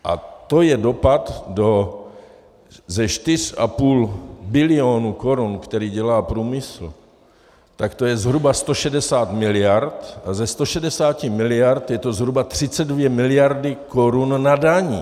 A to je dopad ze 4,5 bilionu korun, který dělá průmysl, tak to je zhruba 160 miliard, a ze 160 mld. je to zhruba 32 miliard korun na daních.